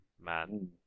man